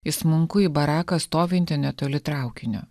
įsmunku į baraką stovintį netoli traukinio